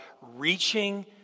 reaching